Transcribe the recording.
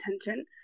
attention